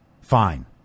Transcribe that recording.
fine